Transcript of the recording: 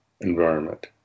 environment